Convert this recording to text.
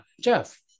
Jeff